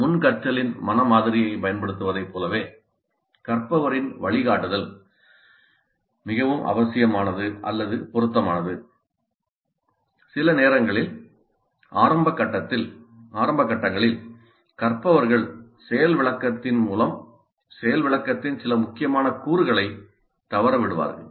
முன் கற்றலின் மன மாதிரியைப் பயன்படுத்துவதைப் போலவே கற்பவரின் வழிகாட்டுதல் மிகவும் அவசியமானது அல்லது பொருத்தமானது சில நேரங்களில் ஆரம்ப கட்டங்களில் கற்பவர்கள் செயல் விளக்கத்தின் சில முக்கியமான கூறுகளைத் தவறவிடுவார்கள்